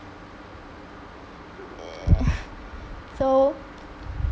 uh so